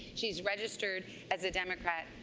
she's registered as a democrat.